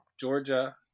Georgia